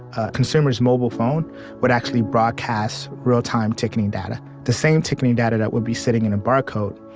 a consumer's mobile phone would actually broadcast real-time ticketing data, the same ticketing data that would be sitting in a barcode,